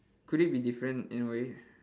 could it be different in a way